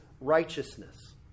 righteousness